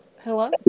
hello